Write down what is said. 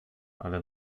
ale